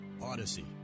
Odyssey